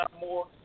more